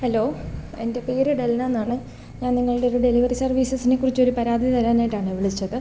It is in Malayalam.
ഹലോ എൻ്റെ പേര് ഡെൽന എന്നാണ് ഞാൻ നിങ്ങളുടെയൊരു ഡെലിവറി സർവ്വീസിനെ കുറിച്ചൊരു പരാതി തരാനായിട്ടാണ് വിളിച്ചത്